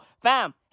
fam